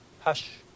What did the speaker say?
Hush